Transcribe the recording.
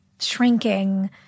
shrinking